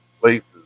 places